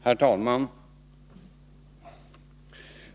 Herr talman!